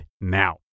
now